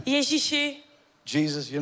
Jesus